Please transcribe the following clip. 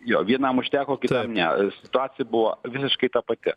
jo vienam užteko kitam ne situacija buvo visiškai ta pati